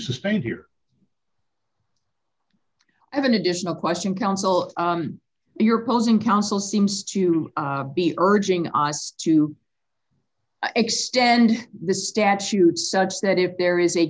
sustained here have an additional question counsel you're posing counsel seems to be urging us to extend the statute such that if there is a